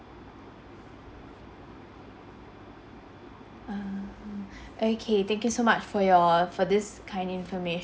um okay thank you so much for your for this kind informa~